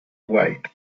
white